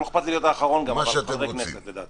לא אכפת לי להיות האחרון אבל חברי כנסת, לדעתי.